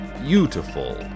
beautiful